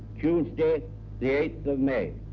tuesday, the eighth of may.